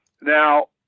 Now